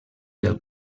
del